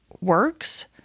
works